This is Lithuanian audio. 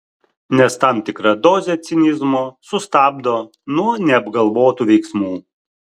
nes tam tikra dozė cinizmo sustabdo nuo neapgalvotų veiksmų